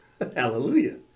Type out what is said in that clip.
Hallelujah